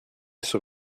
sur